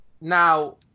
now